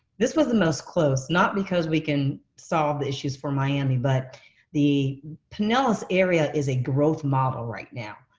this was the most close, not because we can solve the issues for miami, but the pinellas area is a growth model right now.